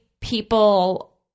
people